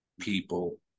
people